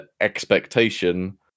expectation